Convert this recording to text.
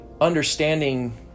understanding